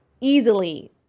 easily